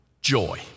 joy